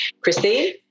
Christine